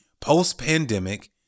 Post-pandemic